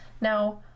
Now